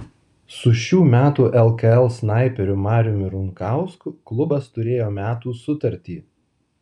su šių metų lkl snaiperiu mariumi runkausku klubas turėjo metų sutartį